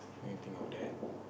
didn't think of that